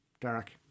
Derek